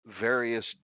various